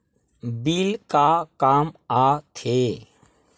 Bill का काम आ थे?